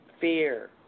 Fear